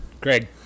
Greg